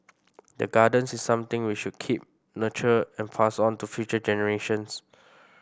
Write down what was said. the gardens is something we should keep nurture and pass on to future generations